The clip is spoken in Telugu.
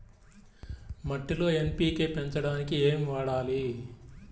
మట్టిలో ఎన్.పీ.కే పెంచడానికి ఏమి వాడాలి?